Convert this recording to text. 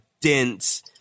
dense